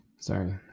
Sorry